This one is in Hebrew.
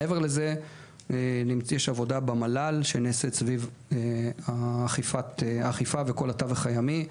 יש גם עבודה במל"ל שנעשית סביב האכיפה וכל התווך הימי.